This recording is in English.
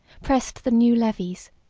pressed the new levies,